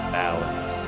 balance